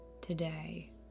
today